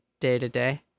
Day-to-day